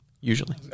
Usually